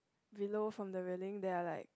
below from the railing there are like